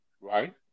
Right